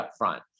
upfront